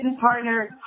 partner